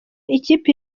ikipe